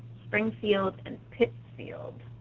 springfield, and pittsfield.